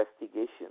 investigation